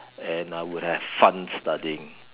and I would have fun studying